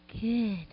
good